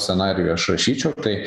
scenarijų aš rašyčiau tai